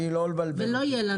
לא לבלבל אותי.